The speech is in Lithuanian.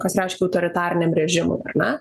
kas reikštų autoritariniam režimui ar ne